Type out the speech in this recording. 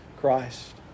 Christ